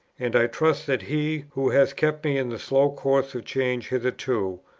and i trust that he, who has kept me in the slow course of change hitherto,